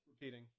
Repeating